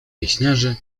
pieśniarzy